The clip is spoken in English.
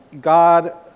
God